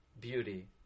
beauty